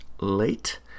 late